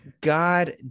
God